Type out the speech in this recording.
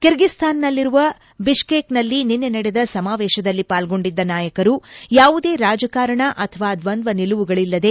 ಕಿರ್ಗಿಸ್ತಾನ್ನಲ್ಲಿರುವ ಬಿಷ್ನೇಕ್ನಲ್ಲಿ ನಿನ್ನೆ ನಡೆದ ಸಮಾವೇಶದಲ್ಲಿ ಪಾಲ್ಗೊಂಡಿದ್ದ ನಾಯಕರು ಯಾವುದೇ ರಾಜಕಾರಣ ಅಥವಾ ದ್ವಂದ್ವ ನಿಲುವುಗಳಿಲ್ಲದೆ